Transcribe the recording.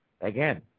Again